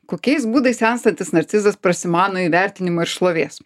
kokiais būdais senstantis narcizas prasimano įvertinimo ir šlovės